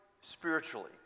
spiritually